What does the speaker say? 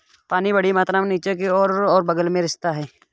पानी बड़ी मात्रा में नीचे की ओर और बग़ल में रिसता है